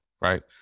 right